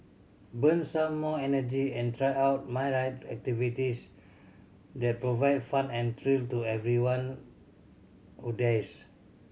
burn some more energy and try out myriad activities that provide fun and thrill to everyone who dares